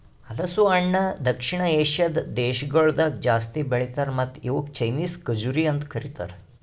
ಹಲಸು ಹಣ್ಣ ದಕ್ಷಿಣ ಏಷ್ಯಾದ್ ದೇಶಗೊಳ್ದಾಗ್ ಜಾಸ್ತಿ ಬೆಳಿತಾರ್ ಮತ್ತ ಇವುಕ್ ಚೈನೀಸ್ ಖಜುರಿ ಅಂತ್ ಕರಿತಾರ್